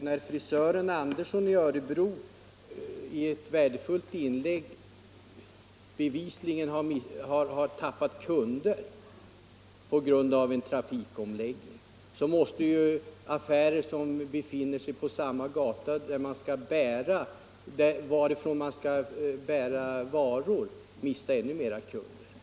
När frisören Andersson i Örebro i ett värdefullt inlägg klargör att han bevisligen tappat kunder på grund av en trafikomläggning måste vi förstå att de affärer som befinner sig på samma gata och varifrån man skall bära varor mister ännu fler kunder.